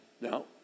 Now